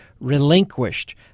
relinquished